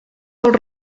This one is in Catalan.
dels